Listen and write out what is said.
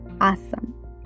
Awesome